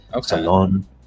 salon